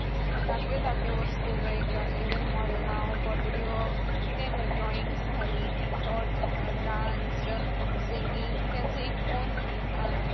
धाकट्यो धाकट्यो वस्तू लायक इवन मोल्लां वा पोटरी वा कितें लायक ड्रॉइंग आसलीं ओर डान्स सिंगींग तांचो एक औन